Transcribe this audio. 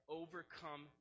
overcome